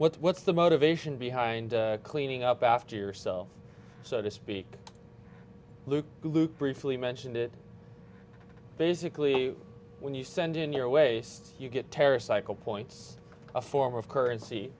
so what's the motivation behind cleaning up after yourself so to speak luke luke briefly mentioned it basically when you send in your waste you get terror cycle points a form of currency